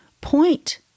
Point